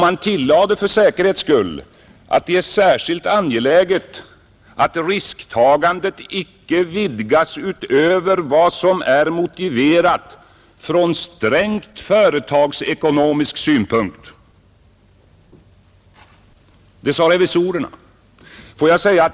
Man tillade för säkerhets skull att det är särskilt angeläget att risktagandet inte vidgas utöver vad som är motiverat från strängt företagsekonomisk synpunkt. Detta sade alltså revisorerna.